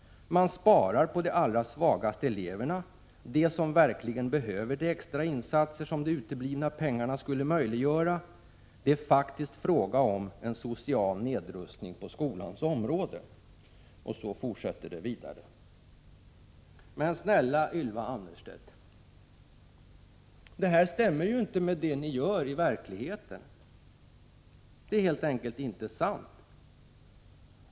Man sparar på de allra svagaste eleverna — de som verkligen behöver de extra insatser som de uteblivna pengarna skulle möjliggöra. Det är faktiskt fråga om en social nedrustning på skolans område.” På detta sätt fortsätter artikeln. Men snälla Ylva Annerstedt, det här stämmer ju inte med det ni gör i verkligheten. Det är helt enkelt inte sant.